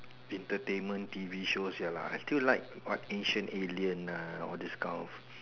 entertainment T_V show ya lah I still like what ancient alien ah all this kind of